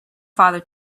father